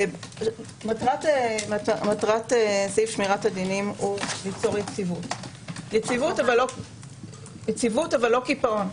מטרת סעיף שמירת הדינים הוא ליצור יציבות אך לא קיפאון.